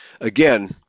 again